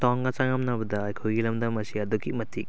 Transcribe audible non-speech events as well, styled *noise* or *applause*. *unintelligible* ꯆꯥꯡꯗꯝꯅꯕꯗ ꯑꯩꯈꯣꯏꯒꯤ ꯂꯝꯗꯝ ꯑꯁꯦ ꯑꯗꯨꯛꯀꯤ ꯃꯇꯤꯛ